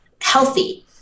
healthy